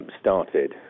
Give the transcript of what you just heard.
started